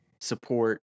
support